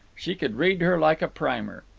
she could read her like a primer.